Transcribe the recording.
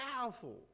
powerful